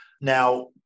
Now